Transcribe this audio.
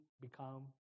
become